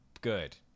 good